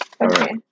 okay